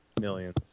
millions